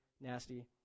nasty